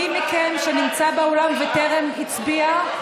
מי מכם נמצא באולם וטרם הצביע?